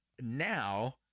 Now